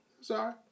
Sorry